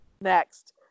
next